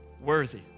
worthy